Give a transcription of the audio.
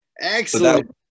excellent